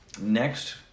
Next